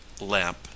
lamp